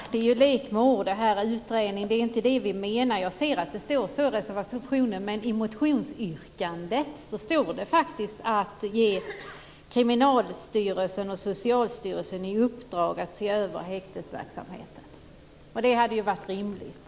Fru talman! Det är ju en lek med ord när det gäller det här med utredning. Det är inte det vi menar. Jag ser att det står så i reservationen. Men i motionsyrkandet står det faktiskt att man ska ge Kriminalvårdsstyrelsen och Socialstyrelsen i uppdrag att se över häktesverksamheten, och det hade ju varit rimligt.